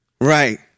Right